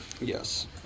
Yes